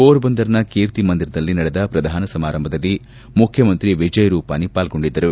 ಹೊರಬಂದರ್ನ ಕೀರ್ತಿ ಮಂದಿರ್ನಲ್ಲಿ ನಡೆದ ಪ್ರದಾನ ಸಮಾರಂಭದಲ್ಲಿ ಮುಖ್ಯಮಂತ್ರಿ ವಿಜಯ್ ರೂಪಾನಿ ಪಾಲ್ಗೊಂಡಿದ್ದರು